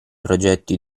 progetti